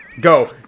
Go